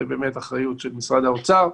זו באמת אחריות של משרד האוצר.